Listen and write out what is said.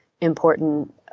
important